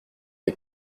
les